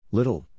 Little